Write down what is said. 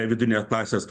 vidurinės klasės